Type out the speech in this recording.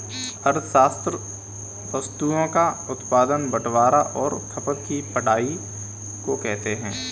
अर्थशास्त्र वस्तुओं का उत्पादन बटवारां और खपत की पढ़ाई को कहते हैं